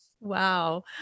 Wow